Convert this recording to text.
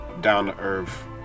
Down-to-earth